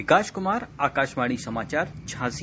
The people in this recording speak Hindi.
विकास कुमार आकाशवाणी समाचार झाँसी